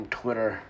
twitter